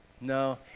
no